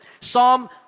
Psalm